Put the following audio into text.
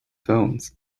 phones